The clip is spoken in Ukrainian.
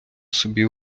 собі